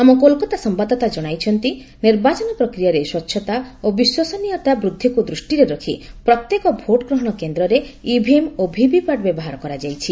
ଆମ କୋଲକାତା ସମ୍ଭାଦଦାତା ଜଣାଇଛନ୍ତି ନିର୍ବାଚନ ପ୍ରକ୍ରିୟାରେ ସ୍ପଚ୍ଛତା ଓ ବିଶ୍ୱସନୀୟତା ବୃଦ୍ଧିକୁ ଦୃଷ୍ଟିରେ ରଖି ପ୍ରତ୍ୟେକ ଭୋଟଗ୍ରହଣ କେନ୍ଦ୍ରରେ ଇଭିଏମ୍ ଓ ଭିଭିପାଟର ବ୍ୟବହାର କରାଯାଇଛି